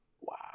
Wow